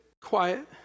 quiet